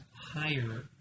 higher